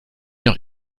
noch